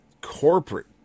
corporate